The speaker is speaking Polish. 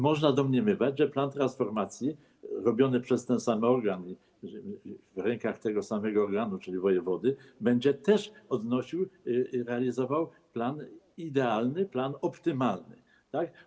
Można domniemywać, że plan transformacji, robiony przez ten sam organ, w rękach tego samego organu, czyli wojewody, będzie też odnosił, realizował plan idealny, plan optymalny, tak?